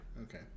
Okay